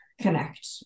connect